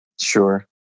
Sure